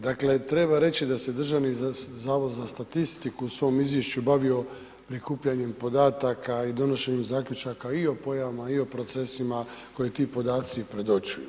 Dakle, treba reći da se Državni zavod za statistiku u svom Izvješću bavio prikupljanjem podataka i donošenjem zaključaka i o pojavama, i o procesima koje ti podaci predočuju.